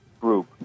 group